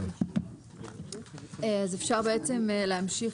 אז אפשר בעצם להמשיך.